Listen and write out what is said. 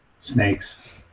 Snakes